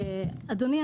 אדוני,